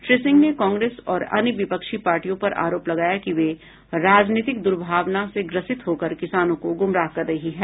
श्री सिंह ने कांग्रेस और अन्य विपक्षी पार्टियों पर आरोप लगाया कि वे राजनीतिक दुर्भावना से ग्रसित होकर किसानों को गुमराह कर रही हैं